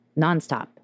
nonstop